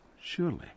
surely